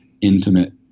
intimate